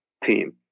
team